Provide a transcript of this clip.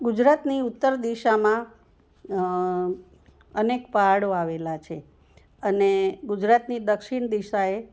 ગુજરાતની ઉત્તર દિશામાં અનેક પહાડો આવેલાં છે અને ગુજરાતની દક્ષિણ દિશાએ